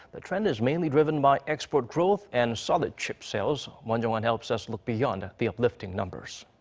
the trend is mainly driven by export growth and solid chip sales. won jung-hwan help so us look beyond the uplifting numbers.